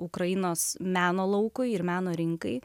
ukrainos meno laukui ir meno rinkai